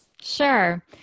Sure